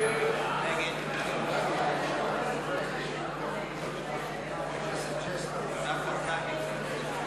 ההסתייגות של חבר הכנסת מיקי רוזנטל לסעיף 8(ב)